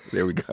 there we go.